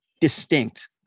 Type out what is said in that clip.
Distinct